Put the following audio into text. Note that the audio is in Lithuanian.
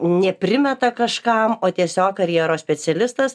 neprimeta kažkam o tiesiog karjeros specialistas